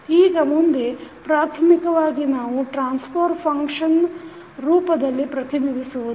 ಈಗ ಮುಂದೆ ಪ್ರಾಥಮಿಕವಾಗಿ ನಾವು ಟ್ರಾನ್ಸಫರ್ ಫಂಕ್ಷನ್ ರೂಪದಲ್ಲಿ ಪ್ರತಿನಿಧಿಸುವುದು